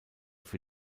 für